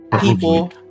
People